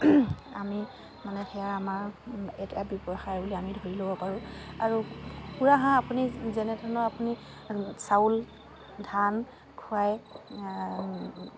আমি মানে সেয়া আমাৰ এতিয়া ব্যৱসায় বুলি আমি ধৰি ল'ব পাৰোঁ আৰু কুকুৰা হাঁহ আপুনি যেনেধৰণৰ আপুনি চাউল ধান খুৱাই